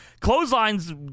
clotheslines